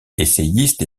essayiste